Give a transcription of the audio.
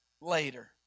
later